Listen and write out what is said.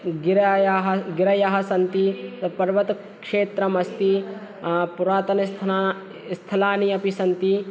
गिरायाः गिरयः सन्ति तत् पर्वतक्षेत्रम् अस्ति पुरातन स्थना स्थलानि अपि सन्ति